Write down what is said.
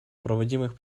проводимых